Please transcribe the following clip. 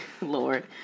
Lord